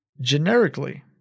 Generically